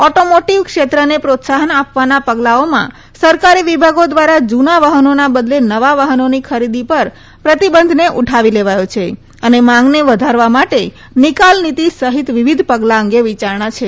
automotive ક્ષેત્રને પ્રોત્સાહન આપવાના પગલાંઓમાં સરકારી વિભાગો દ્વારા જૂના વાહનોના બદલે નવા વાહનોની ખરીદી પર પ્રતિબંધને ઉઠાવી લેવાયો છે અને માંગને વધારવા માટે નિકાલ નીતી સહિત વિવિધ પગલાં અંગે વિચારણા છે